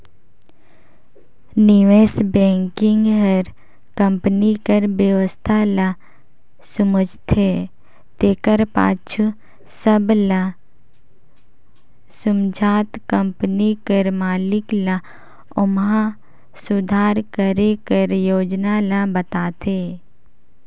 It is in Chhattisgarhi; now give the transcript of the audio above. निवेस बेंकिग हर कंपनी कर बेवस्था ल समुझथे तेकर पाछू सब ल समुझत कंपनी कर मालिक ल ओम्हां सुधार करे कर योजना ल बताथे